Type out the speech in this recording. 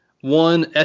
One